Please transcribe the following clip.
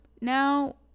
Now